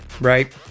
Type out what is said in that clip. right